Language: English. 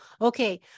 okay